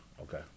Okay